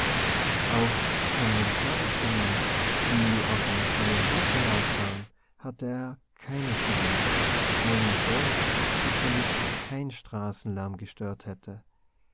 auch von den vorderzimmern die auf einen kleinen hof hinaussahen hatte er keines genommen obwohl ihn dort sicherlich kein straßenlärm gestört hätte